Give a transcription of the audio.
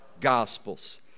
gospels